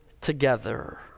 together